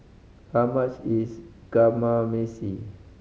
how much is Kamameshi